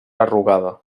arrugada